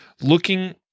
looking